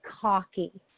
cocky